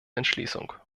entschließung